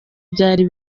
byari